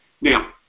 Now